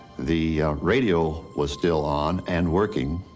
the radio was still on and working.